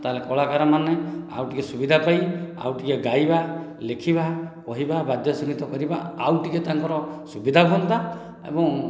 ତାହେଲେ କଳାକାରମାନେ ଆଉ ଟିକେ ସୁବିଧା ପାଇ ଆଉ ଟିକେ ଗାଇବା ଲେଖିବା କହିବା ବାଦ୍ୟ ସଙ୍ଗୀତ କରିବା ଆଉ ଟିକେ ତାଙ୍କର ସୁବିଧା ହୁଅନ୍ତା ଏବଂ